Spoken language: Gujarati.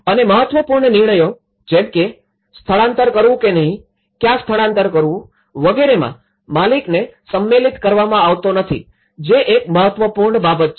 અને મહત્વપૂર્ણ નિર્ણયો જેમ કે સ્થળાન્તર કરવું કે નહિ ક્યાં સ્થળાન્તર કરવું વગેરેમાં માલિકને સમેલિત કરવામાં આવતો નથી જે એક મહત્વપૂર્ણ બાબત છે